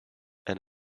and